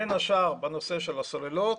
בין השאר בנושא של הסוללות.